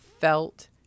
felt